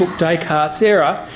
descartes' error,